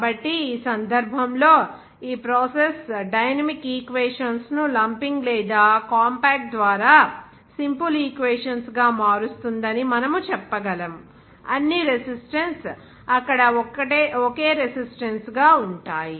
కాబట్టి ఈ సందర్భంలో ఈ ప్రాసెస్ డైనమిక్ ఈక్వేషన్స్ ను లంపింగ్ లేదా కాంపాక్ట్ ద్వారా సింపుల్ ఈక్వేషన్స్ గా మారుస్తుందని మనము చెప్పగలం అన్ని రెసిస్టన్స్ అక్కడ ఒకే రెసిస్టన్స్ గా ఉంటాయి